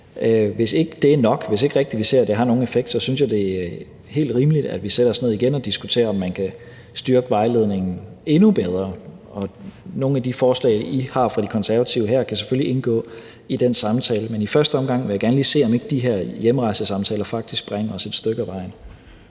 hvis ikke det er nok, hvis ikke rigtig vi ser, at det har nogen effekt, synes jeg, det er helt rimeligt, at vi sætter os ned igen og diskuterer, om man kan styrke vejledningen endnu bedre. Nogle af de forslag, I har fra De Konservatives side her, kan selvfølgelig indgå i den samtale, men i første omgang vil jeg gerne lige se, om ikke de her hjemrejsesamtaler faktisk bringer os et stykke ad vejen.